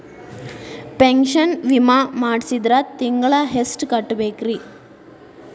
Pension ವಿಮಾ ಮಾಡ್ಸಿದ್ರ ತಿಂಗಳ ಎಷ್ಟು ಕಟ್ಬೇಕ್ರಿ?